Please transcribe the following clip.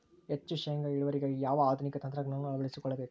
ಹೆಚ್ಚು ಶೇಂಗಾ ಇಳುವರಿಗಾಗಿ ಯಾವ ಆಧುನಿಕ ತಂತ್ರಜ್ಞಾನವನ್ನು ಅಳವಡಿಸಿಕೊಳ್ಳಬೇಕು?